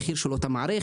את המחיר של אותה מערכת.